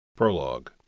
Prologue